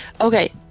Okay